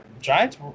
Giants